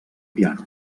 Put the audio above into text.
piano